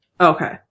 Okay